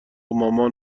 مامان